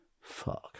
Fuck